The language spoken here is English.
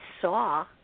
saw